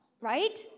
Right